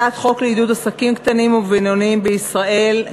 הצעת חוק לעידוד עסקים קטנים ובינוניים בישראל,